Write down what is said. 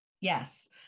Yes